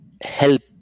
help